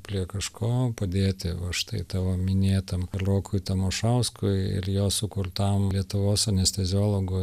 prie kažko padėti va štai tavo minėtam rokui tamašauskui ir jo sukurtam lietuvos anesteziologų